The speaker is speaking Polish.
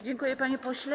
Dziękuję, panie pośle.